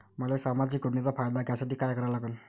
मले सामाजिक योजनेचा फायदा घ्यासाठी काय करा लागन?